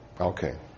Okay